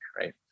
right